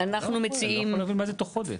באמת, אני לא יכול להבין מה זה תוך חודש.